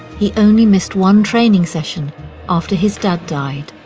he only missed one training session after his dad died.